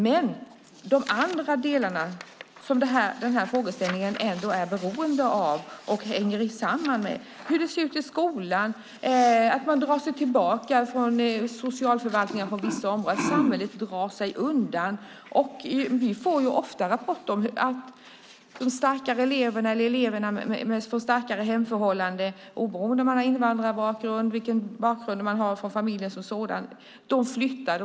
Men det är andra delar som den här frågeställningen ändå är beroende av och hänger samman med: hur det ser ut i skolan, att man drar sig tillbaka från socialförvaltningen på vissa områden, att samhället drar sig undan. Vi får ofta rapporter om de starkare eleverna eller eleverna från starkare hemförhållanden, oberoende av om de har invandrarbakgrund eller oberoende av bakgrund i familjen som sådan. De flyttar.